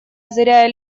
озаряя